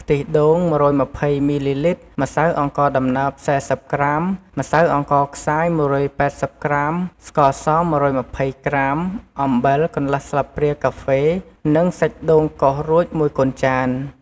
ខ្ទិះដូង ១២០មីលីលីត្រ ម្សៅអង្ករដំណើប ៤០ក្រាម ម្សៅអង្ករខ្សាយ ១៨០ក្រាម ស្ករស ១២០ក្រាម អំបិល កន្លះស្លាបព្រាកាហ្វេ និងសាច់ដូងកោសរួចមួយកូនចាន។